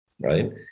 right